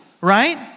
right